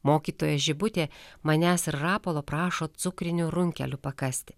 mokytoja žibutė manęs ir rapolo prašo cukrinių runkelių pakasti